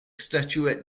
statuette